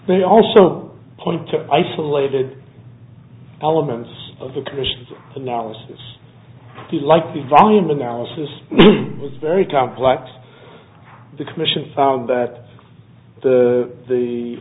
they also point to isolated elements of the provisions of analysis he liked the volume analysis was very complex the commission found that the the